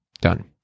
Done